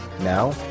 Now